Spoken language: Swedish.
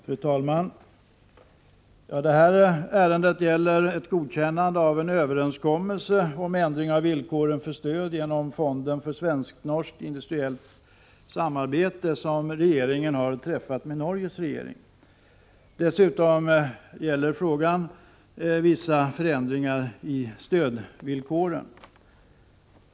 Fru talman! Det här ärendet gäller ett godkännande av en överenskommelse om ändring av villkoren för stöd genom Fonden för svenskt-norskt industriellt samarbete, som regeringen träffat med Norges regering. Dess utom tas vissa förändringar i stödvillkoren upp.